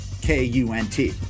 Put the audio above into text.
K-U-N-T